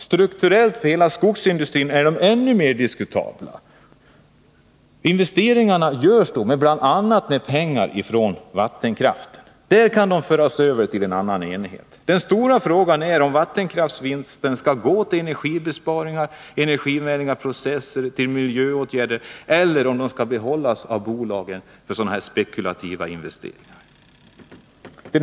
Strukturellt för hela skogsindustrin är de ännu mer diskutabla. Dessa investeringar görs bl.a. med vinster från vattenkraften. Då kan pengar föras över till en annan enhet! Den stora frågan är om vattenkraftsvinsten skall gå till energibesparingar, energivänliga processer, miljöåtgärder, eller om den skall behållas av bolaget för sådana här spekulativa investeringar.